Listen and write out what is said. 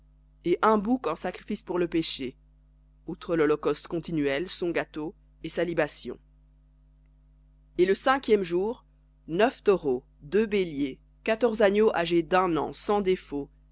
et un bouc en sacrifice pour le péché outre l'holocauste continuel son gâteau et sa libation et le cinquième jour neuf taureaux deux béliers quatorze agneaux âgés d'un an sans défaut